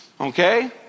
Okay